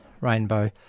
rainbow